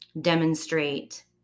demonstrate